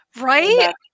right